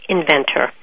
Inventor